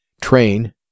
train